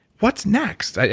what's next?